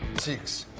six.